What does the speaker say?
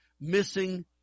missing